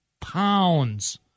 pounds